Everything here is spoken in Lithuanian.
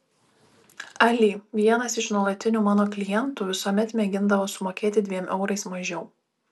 ali vienas iš nuolatinių mano klientų visuomet mėgindavo sumokėti dviem eurais mažiau